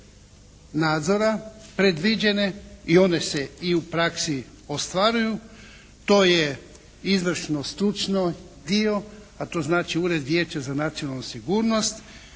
nadzora predviđene i one se i u praksi ostvaruju. To je izvršno stručno dio, a to znači Ured Vijeća za nacionalnu sigurnost,